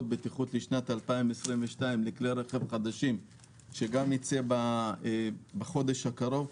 בטיחות לשנת 2022 לכלי רכב חדשים וזה גם יצא בחודש הקרוב.